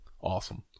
Awesome